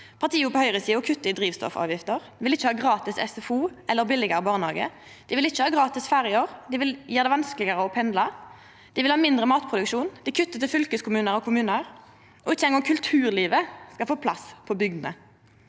Partia på høgresida kuttar i drivstoffavgifter, dei vil ikkje ha gratis SFO eller billegare barnehage, dei vil ikkje ha gratis ferjer, dei vil gjera det vanskelegare å pendla, dei vil ha mindre matproduksjon, dei kuttar til fylkeskommunar og kommunar, og ikkje eingong kulturlivet skal få plass på bygdene.